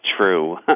true